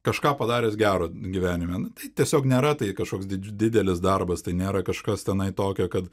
kažką padaręs gero gyvenime nu tai tiesiog nėra tai kažkoks didelis darbas tai nėra kažkas tenai tokio kad